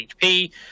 HP